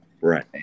right